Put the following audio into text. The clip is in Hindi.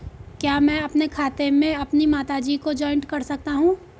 क्या मैं अपने खाते में अपनी माता जी को जॉइंट कर सकता हूँ?